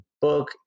book